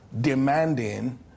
demanding